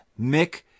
Mick